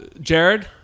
Jared